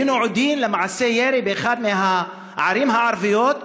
היינו עדים למעשה ירי באחת מהערים הערביות,